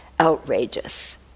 outrageous